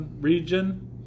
region